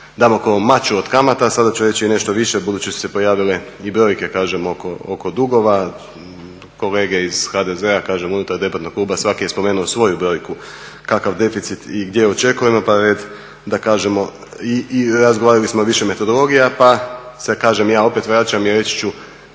sam o tim … maču od kamata, sada ću reći nešto više budući da su se pojavile i brojke, kažem, oko dugova. Kolege iz HDZ-a, kažem unutar debatnog kluba, svaki je spomenuo svoju brojku kakav deficit i gdje očekujemo pa je red da kažemo i razgovarali smo više metodologija pa se, kažem, opet vraćam i reći ću